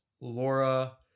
laura